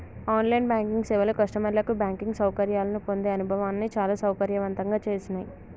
on line banking సేవలు కస్టమర్లకు banking సౌకర్యాలను పొందే అనుభవాన్ని చాలా సౌకర్యవంతంగా చేసినాయ్